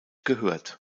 gehört